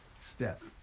step